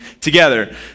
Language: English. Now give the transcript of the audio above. together